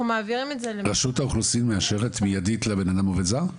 רשות האוכלוסין מאשרת מיידית לבן אדם עובד זר?